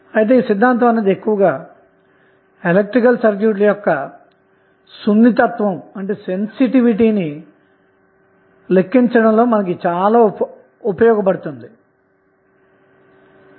అయితే ఈ సిద్ధాంతం ఎక్కువగా ఎలక్ట్రికల్ సర్క్యూట్ ల యొక్క సున్నితత్వాన్ని ని లెక్కించడంలో ఎక్కువగా ఉపకరిస్తుందన్నమాట